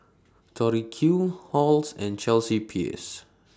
Tori Q Halls and Chelsea Peers